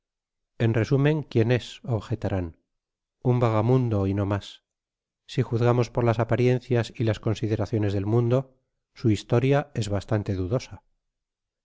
en resumen quién es objetarán un vagamundo y no mas si juzgamos por las apariencias y las consideraciones del mundo su historia es bastante dudosa